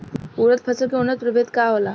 उरद फसल के उन्नत प्रभेद का होला?